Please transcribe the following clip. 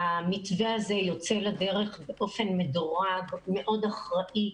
המתווה הזה יוצא לדרך באופן מדורג, מאוד אחראי.